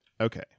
Okay